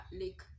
lake